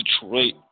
Detroit